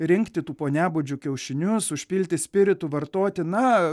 rinkti tų poniabudžių kiaušinius užpilti spiritu vartoti na